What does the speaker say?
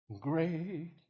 Great